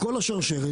כל השרשרת,